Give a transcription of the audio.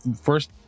first